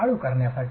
वाळू करण्यासाठी